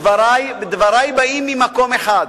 דברי באים ממקום אחד,